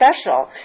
special